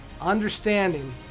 understanding